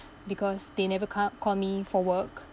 because they never com~ call me for work